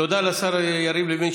תודה לשר יריב לוין,